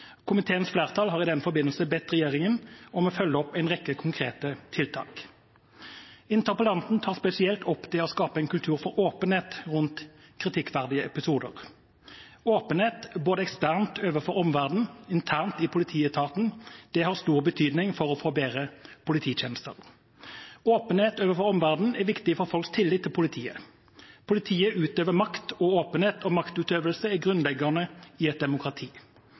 Komiteens flertall har i den forbindelse bedt regjeringen om å følge opp en rekke konkrete tiltak. Interpellanten tar spesielt opp det å skape en kultur for åpenhet rundt kritikkverdige episoder. Åpenhet både eksternt overfor omverdenen og internt i politietaten har stor betydning for å få bedre polititjenester. Åpenhet overfor omverdenen er viktig for folks tillit til politiet. Politiet utøver makt, og åpenhet og maktutøvelse er grunnleggende i et demokrati.